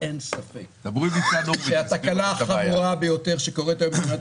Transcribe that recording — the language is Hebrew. שאין ספק שהתקלה החמורה ביותר שקורית היום במדינת